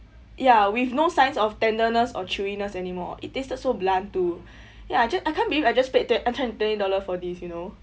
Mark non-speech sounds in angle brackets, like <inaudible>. ya with no signs of tenderness or chewiness anymore it tasted so bland too <breath> ya ju~ I can't believe I just paid twe~ uh hundred and twenty dollar for this you know